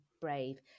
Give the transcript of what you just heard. brave